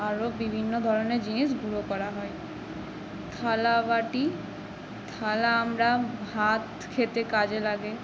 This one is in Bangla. আরও বিভিন্ন ধরনের জিনিস গুঁড়ো করা হয় থালা বাটি থালা আমরা ভাত খেতে কাজে লাগে